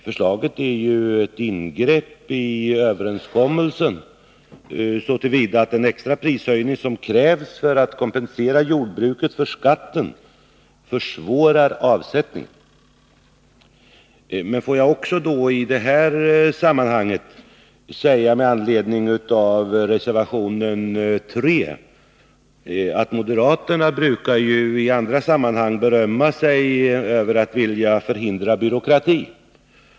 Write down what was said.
Förslaget är ju ett ingrepp i överenskommelsen, så till vida att den extra prishöjning som krävs för att kompensera jordbruket för skatten försvårar avsättningen. Men låt mig också säga, med anledning av reservation 3, att moderaterna i andra sammanhang brukar berömma sig av att vilja förhindra byråkrati.